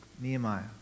Nehemiah